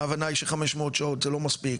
ההבנה היא ש-500 שעות זה לא מספיק,